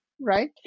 right